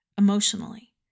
Emotionally